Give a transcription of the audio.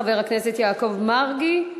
חבר הכנסת יעקב מַרגי,